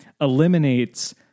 eliminates